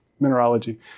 Mineralogy